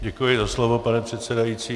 Děkuji za slovo, pane předsedající.